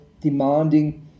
demanding